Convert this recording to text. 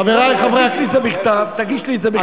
חברי חברי הכנסת, תגיש לי את זה בכתב.